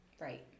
Right